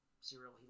serial